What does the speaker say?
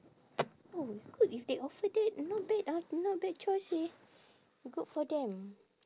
oh it's good if they offer that not bad ah not bad choice eh good for them